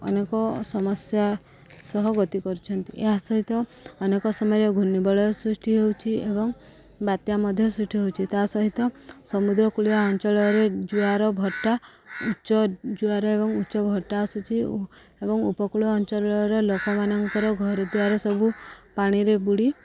ଅନେକ ସମସ୍ୟା ସହ ଗତି କରଛନ୍ତି ଏହା ସହିତ ଅନେକ ସମୟରେ ଘୁର୍ଣ୍ଣିବଳୟ ସୃଷ୍ଟି ହଉଛିି ଏବଂ ବାତ୍ୟା ମଧ୍ୟ ସୃଷ୍ଟି ହେଉଛି ତା' ସହିତ ସମୁଦ୍ର କୂଳିଆ ଅଞ୍ଚଳରେ ଜୁଆର ଭଟ୍ଟା ଉଚ୍ଚ ଜୁଆର ଏବଂ ଉଚ୍ଚ ଭଟ୍ଟା ଆସୁଛିି ଏବଂ ଉପକୂଳ ଅଞ୍ଚଳର ଲୋକମାନଙ୍କର ଘରଦ୍ୱାର ସବୁ ପାଣିରେ ବୁଡ଼ି